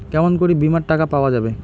কেমন করি বীমার টাকা পাওয়া যাবে?